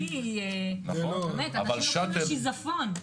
אנחנו לוקחים לשיזפון,